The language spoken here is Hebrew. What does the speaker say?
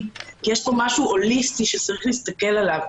כי יש פה משהו הוליסטי שצריך להסתכל עליו.